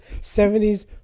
70s